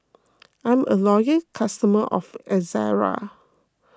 I'm a loyal customer of Ezerra